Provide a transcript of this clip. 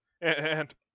and-